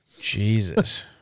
Jesus